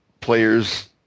players